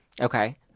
Okay